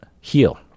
heal